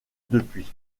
depuis